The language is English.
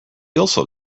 also